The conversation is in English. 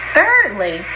Thirdly